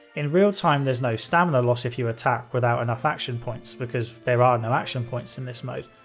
in real time there's no stamina loss if you attack without enough action points because there are no action points in this mode.